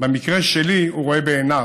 במקרה שלי, הוא רואה בעיניו,